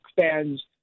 fans